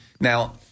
Now